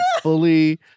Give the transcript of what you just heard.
fully